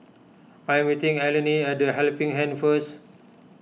I am meeting Allene at the Helping Hand first